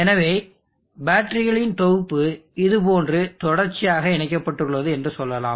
எனவே பேட்டரிகளின் தொகுப்பு இது போன்று தொடர்ச்சியாக இணைக்கப்பட்டுள்ளது என்று சொல்லலாம்